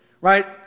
right